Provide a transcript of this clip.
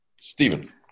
Stephen